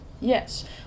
Yes